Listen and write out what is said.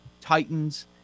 titans